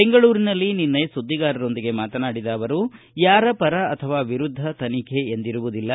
ಬೆಂಗಳೂರಿನಲ್ಲಿ ನಿನ್ನೆ ಸುದ್ದಿಗಾರರೊಂದಿಗೆ ಮಾತನಾಡಿದ ಅವರು ಯಾರ ಪರ ಅಥವಾ ವಿರುದ್ದ ತನಿಖೆ ಎಂದಿರುವುದಿಲ್ಲ